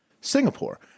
Singapore